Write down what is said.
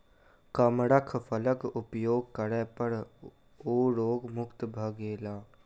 कमरख फलक उपभोग करै पर ओ रोग मुक्त भ गेला